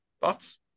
Thoughts